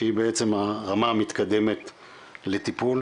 שהיא בעצם הרמה המתקדמת לטיפול,